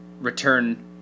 return